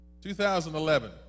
2011